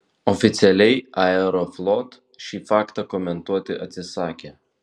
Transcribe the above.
oficialiai aeroflot šį faktą komentuoti atsisakė